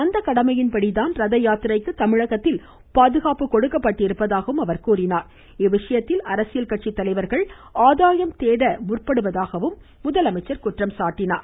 அந்த கடமையின் படி தான் ரத யாத்திரைக்கு தமிழகத்தில் பாதுகாப்பு கொடுக்கப்பட்டிருப்பதாகவும் அரசியல் கட்சித்தலைவர்கள் ஆதாயம் தேட முற்படுவதாகவும் அவர் குற்றம் சாட்டினார்